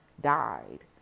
died